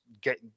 get